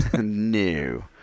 New